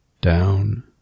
Down